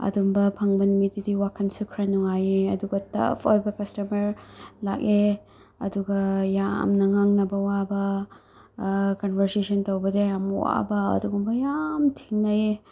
ꯑꯗꯨꯝꯕ ꯐꯪꯕ ꯅꯨꯃꯤꯠꯇꯨꯗꯤ ꯋꯥꯈꯟꯁꯨ ꯈꯔ ꯅꯨꯡꯉꯥꯏꯑꯦ ꯑꯗꯨꯒ ꯇꯥꯐ ꯑꯣꯏꯕ ꯀꯁꯇꯃꯔ ꯂꯥꯛꯑꯦ ꯑꯗꯨꯒ ꯌꯥꯝꯅ ꯉꯥꯡꯅꯕ ꯋꯥꯕ ꯀꯟꯚꯔꯁꯦꯁꯟ ꯇꯧꯕꯗ ꯌꯥꯝ ꯋꯥꯕ ꯑꯗꯨꯒꯨꯝꯕ ꯌꯥꯝ ꯊꯦꯡꯅꯩꯑꯦ